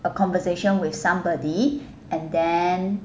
a conversation with somebody and then